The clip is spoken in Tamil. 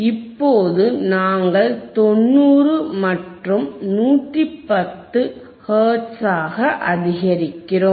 இப்போது நாங்கள் 90 மற்றும் 110 ஹெர்ட்ஸாக அதிகரித்தோம்